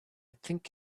think